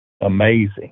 amazing